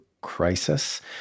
crisis